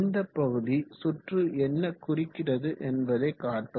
இந்த பகுதி சுற்று என்ன குறிக்கிறது என்பதை காட்டும்